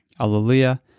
Alleluia